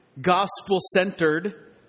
Gospel-Centered